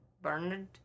Bernard